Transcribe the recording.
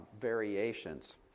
variations